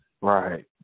right